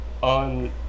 on